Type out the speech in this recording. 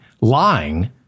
lying